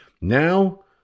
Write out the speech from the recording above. Now